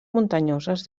muntanyoses